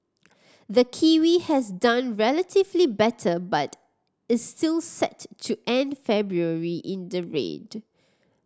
the kiwi has done relatively better but is still set to end February in the red